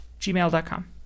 gmail.com